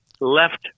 left